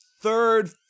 third